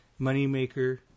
moneymaker